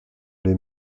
les